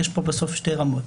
יש פה בסוף שתי רמות.